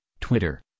Twitter